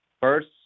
first